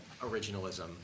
originalism